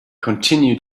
continue